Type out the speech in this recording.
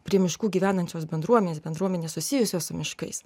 prie miškų gyvenančios bendruomenės bendruomenės susijusios su miškais